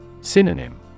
Synonym